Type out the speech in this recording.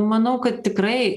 manau kad tikrai